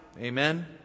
Amen